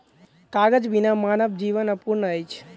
कागज बिना मानव जीवन अपूर्ण अछि